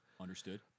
understood